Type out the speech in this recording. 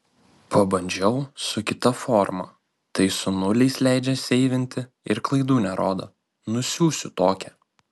pabandžiau su kita forma tai su nuliais leidžia seivinti ir klaidų nerodo nusiųsiu tokią